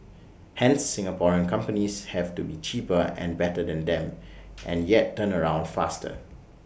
hence Singaporean companies have to be cheaper and better than them and yet turnaround faster